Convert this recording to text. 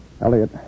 Elliot